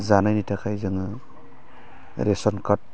जानायनि थाखाय जोङो रेसन कार्द